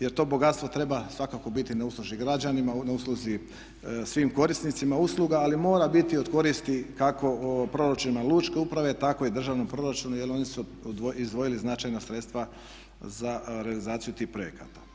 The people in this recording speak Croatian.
Jer to bogatstvo treba svakako biti na usluzi građanima, na usluzi svim korisnicima usluga ali mora biti od koristi kako proračunu lučke uprave tako i državnom proračunu jer oni su izdvojili značajna sredstva za realizaciju tih projekata.